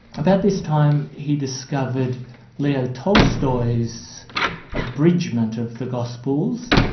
about this time he discovered leo tolstoy's abridgement of the gospels,